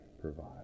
provide